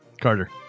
Carter